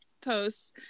posts